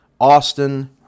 austin